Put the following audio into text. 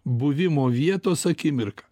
buvimo vietos akimirką